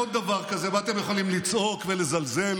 מאז הקמת מכונת הסתה